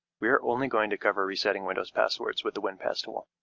we are only going to cover resetting windows passwords with the winpass tool. ah